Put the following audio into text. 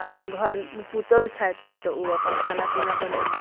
आ घरमे पुतोहु छथि तऽ ओ अपन खाना पीना बनेलनि